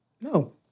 No